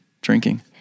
drinking